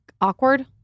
awkward